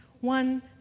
one